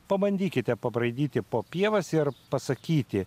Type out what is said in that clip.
pabandykite pabraidyti po pievas ir pasakyti